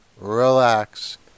relax